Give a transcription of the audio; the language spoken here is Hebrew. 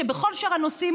שבכל שאר הנושאים,